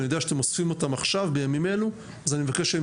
אני יודע שאתם אוספים אותם בימים אלו אז אני מבקש שהם